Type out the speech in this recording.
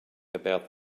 about